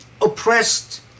oppressed